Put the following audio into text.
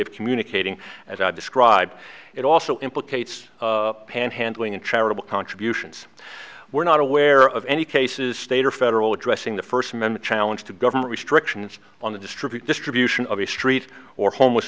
of communicating as i describe it also implicates panhandling and charitable contributions we're not aware of any cases state or federal addressing the first member challenge to government restrictions on the distribute distribution of the street or homeless